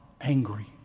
angry